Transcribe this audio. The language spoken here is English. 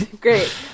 Great